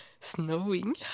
snowing